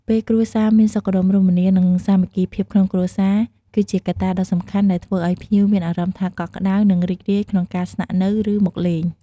ពេលគ្រួសារមានសុខដុមរមនា និងសាមគ្គីភាពក្នុងគ្រួសារ គឺជាកត្តាដ៏សំខាន់ដែលធ្វើឲ្យភ្ញៀវមានអារម្មណ៍ថាកក់ក្ដៅ និងរីករាយក្នុងការស្នាក់នៅឬមកលេង។